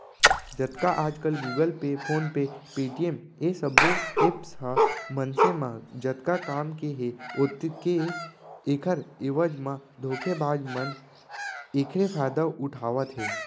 जतका आजकल Google Pay, PhonePe, Paytm ए सबो ऐप्स ह मनसे म जतका काम के हे ओतके ऐखर एवज म धोखेबाज मन एखरे फायदा उठावत हे